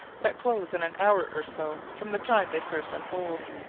that close in an hour or so from the time they first unfold.